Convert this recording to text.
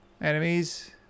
enemies